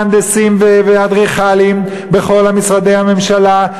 מהנדסים ואדריכלים בכל משרדי הממשלה,